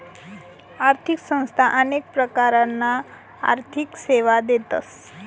आर्थिक संस्था अनेक प्रकारना आर्थिक सेवा देतस